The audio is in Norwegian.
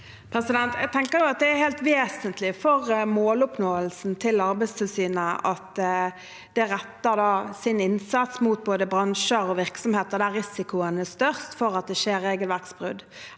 Jeg tenker at det er helt vesentlig for måloppnåelsen til Arbeidstilsynet at de retter sin innsats mot både bransjer og virksomheter der risikoen er størst for at det skjer regelverksbrudd,